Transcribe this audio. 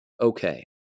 Okay